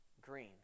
green